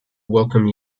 welcome